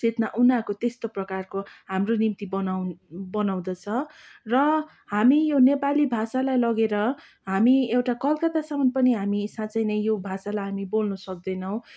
चेतना उनीहरूको त्यस्तो प्रकारको हाम्रो निम्ति बनाउ बनाउँदछ र हामी यो नेपाली भाषालाई लगेर हामी एउटा कलकत्तासम्म पनि हामी साँच्चै नै यो भाषालाई हामी बोल्न सक्दैनौँ